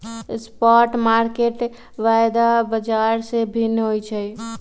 spot market वायदा बाजार से भिन्न होइ छइ